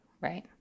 Right